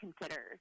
consider